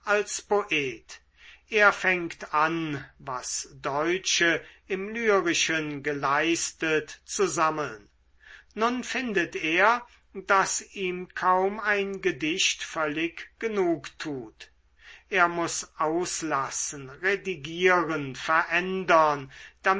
er fängt an was deutsche im lyrischen geleistet zu sammeln nun findet er daß ihm kaum ein gedicht völlig genug tut er muß auslassen redigieren verändern